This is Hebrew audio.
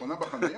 שחונה בחניה